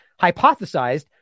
hypothesized